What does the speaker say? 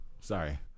sorry